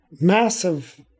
massive